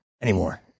anymore